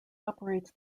operates